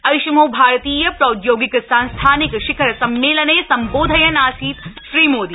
ऐषमो भारतीय प्रौद्यौगिक संस्थानिकं शिखर सम्मेलने सम्बोधयन् आसीत् श्रीमोदी